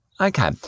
Okay